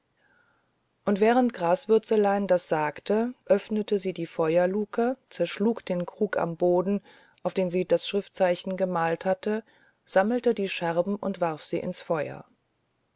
und während graswürzelein das sagte öffnete sie die feuerluke zerschlug den krug am boden auf den sie das schriftzeichen gemalt hatte sammelte die scherben und warf sie ins feuer